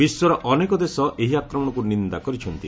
ବିଶ୍ୱର ଅନେକ ଦେଶ ଏହି ଆକ୍ମଣକୁ ନିନ୍ଦା କରିଛନ୍ତି